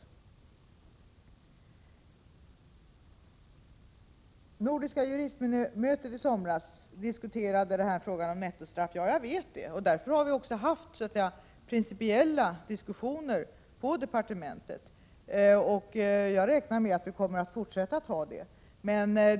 Jag vet att nordiska juristmötet i somras diskuterade frågan om nettostraff. Därför har vi också haft principiella diskussioner om detta i departementet. Jag räknar med att vi kommer att fortsätta att ha sådana.